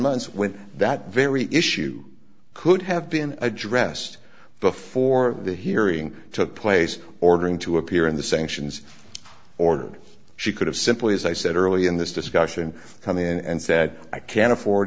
months when that very issue could have been addressed before the hearing took place ordering to appear in the sanctions ordered she could have simply as i said earlier in this discussion come in and said i can afford